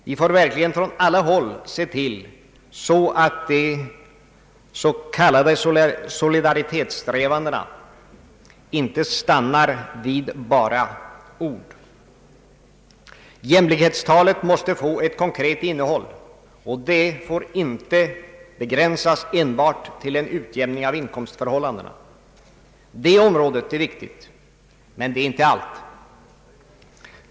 Vi får verkligen från alla håll se till att de s.k. solidaritetssträvandena inte stannar vid bara ord. Jämlikhetstalet måste få ett konkret innehåll, och detta får inte begränsas enbart till en utjämning av inkomstförhållandena. Det området är viktigt, men det är inte allt.